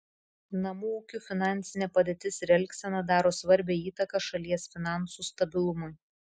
namų ūkių finansinė padėtis ir elgsena daro svarbią įtaką šalies finansų stabilumui